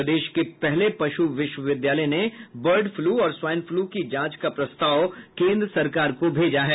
प्रदेश के पहले पश् विश्वविद्यालय में बर्ड फ्लू और स्वाईन फ्लू की जांच का प्रस्ताव केन्द्र सरकार को भेजा गया है